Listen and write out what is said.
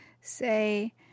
say